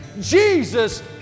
Jesus